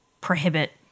prohibit